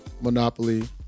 monopoly